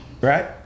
right